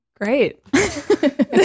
Great